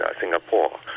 Singapore